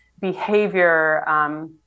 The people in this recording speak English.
behavior